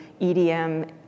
EDM